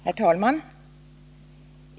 Herr talman!